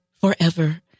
forever